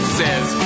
says